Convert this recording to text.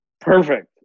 Perfect